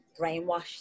brainwashed